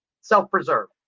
self-preserve